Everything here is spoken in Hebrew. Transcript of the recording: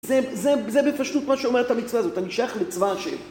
זה, זה, זה בפשוט מה שאומרת המצווה הזאת, אני שייך לצבא השם.